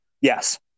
Yes